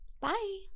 Bye